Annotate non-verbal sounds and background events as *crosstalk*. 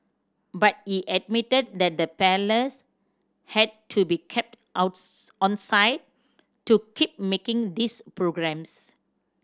but he admitted that the Palace had to be kept *unintelligible* onside to keep making these programmes